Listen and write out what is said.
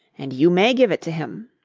and you may give it to him.